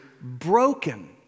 broken